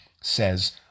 says